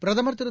பிரதமர் திரு